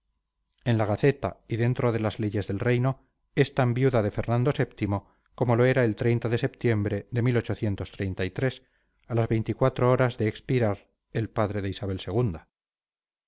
en la gaceta y dentro de las leyes del reino es tan viuda de fernando vii como lo era el de septiembre de a las veinticuatro horas de expirar el padre de isabel